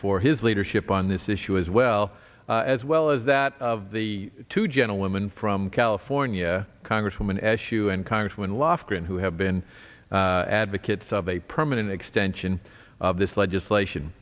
for his leadership on this issue as well as well as that of the two gentlewoman from california congresswoman eshoo and congresswoman lofgren who have been advocates of a permanent extension of this legislation